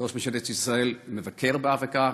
שראש ממשלת ישראל מבקר באפריקה.